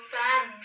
fan